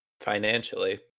Financially